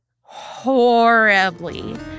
horribly